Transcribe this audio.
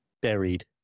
Buried